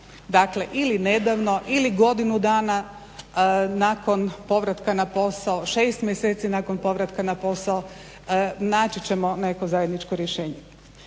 Dakle, ili nedavno ili godinu dana nakon povratka na posao, šest mjeseci nakon povratka na posao. Naći ćemo neko zajedničko rješenje.